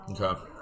Okay